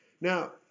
Now